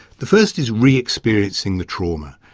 the first is re-experiencing the trauma,